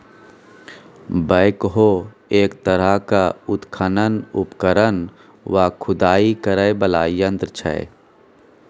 backhoe एक तरहक उत्खनन उपकरण वा खुदाई करय बला यंत्र छै